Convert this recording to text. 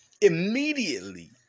immediately